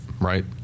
Right